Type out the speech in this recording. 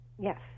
Yes